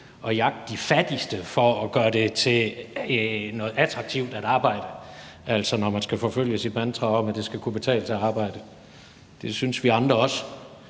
at jagte de fattigste for at gøre det til noget attraktivt at arbejde, altså når man skal forfølge sit mantra om, at det skal kunne betale sig at arbejde. Det synes vi andre også,